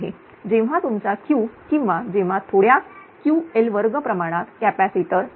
जेव्हा तुमचा Q किंवा जेव्हा थोड्या Ql2 प्रमाणात कॅपॅसिटर ठेवला